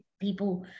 people